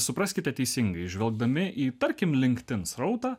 supraskite teisingai žvelgdami į tarkim linked in srautą